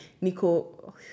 Nico